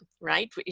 right